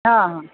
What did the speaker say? हा हा